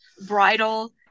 bridal